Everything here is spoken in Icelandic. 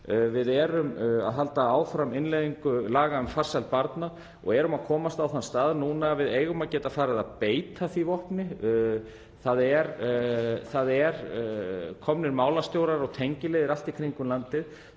Við erum að halda áfram innleiðingu laga um farsæld barna og erum að komast á þann stað að við eigum að geta farið að beita því vopni. Það eru komnir málastjórar og tengiliðir allt í kringum landið